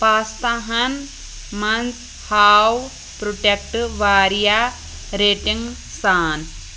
پاستاہَن مَنٛز ہاو پرٛوٚڈکٹ واریاہ ریٹِنٛگ سان